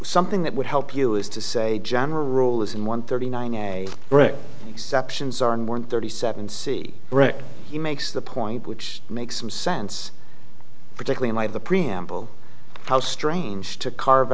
something that would help you is to say general rule is in one thirty nine a brick exceptions are in one thirty seven c he makes the point which makes some sense particularly by the preamble how strange to carve